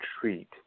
treat